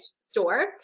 store